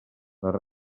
les